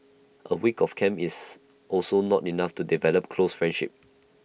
A week of camp is also not enough to develop close friendships